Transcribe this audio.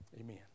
Amen